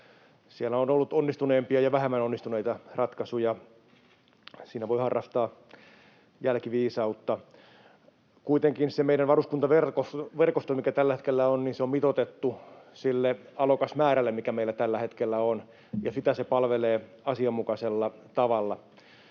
Siellä on ollut onnistuneempia ja vähemmän onnistuneita ratkaisuja. Siinä voi harrastaa jälkiviisautta. Kuitenkin se meidän varuskuntaverkosto, mikä tällä hetkellä on, on mitoitettu sille alokasmäärälle, mikä meillä tällä hetkellä on, ja sitä se palvelee asianmukaisella tavalla.